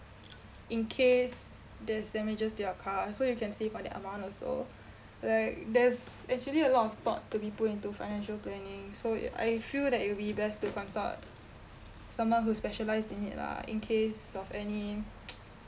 in case there's damages to your car so you can save on the amount also like there's actually a lot of thought to be put into financial planning so I feel that it would be best to consult someone who specialized in it lah in case of any